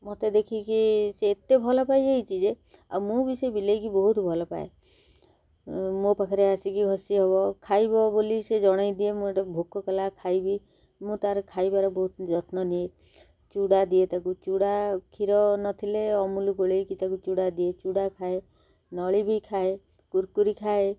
ମୋତେ ଦେଖିକି ସେ ଏତେ ଭଲ ପାଇଯାଇଛି ଯେ ଆଉ ମୁଁ ବି ସେ ବିଲେଇକି ବହୁତ ଭଲ ପାଏ ମୋ ପାଖରେ ଆସିକି ଘସି ହବ ଖାଇବ ବୋଲି ସେ ଜଣାଇ ଦିଏ ମୁଁ ଏଇଟା ଭୋକ କଲା ଖାଇବି ମୁଁ ତା'ର ଖାଇବାର ବହୁତ ଯତ୍ନ ନିଏ ଚୁଡ଼ା ଦିଏ ତାକୁ ଚୁଡ଼ା କ୍ଷୀର ନଥିଲେ ଅମୁଲ ଗୋଳାଇକି ତାକୁ ଚୁଡ଼ା ଦିଏ ଚୁଡ଼ା ଖାଏ ନଳି ବି ଖାଏ କୁରକୁରି ଖାଏ